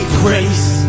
grace